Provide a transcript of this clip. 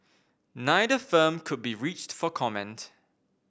neither firm could be reached for comment